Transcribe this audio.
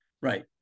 Right